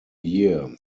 year